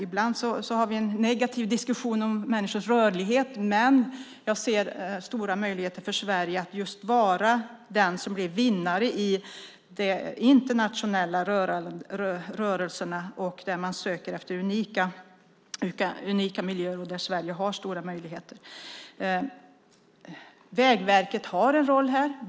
Ibland har vi en negativ diskussion om människors rörlighet, men jag ser stora möjligheter för Sverige att vara vinnare i de internationella rörelserna, där man söker efter unika miljöer. Sverige har stora möjligheter. Vägverket har en roll här.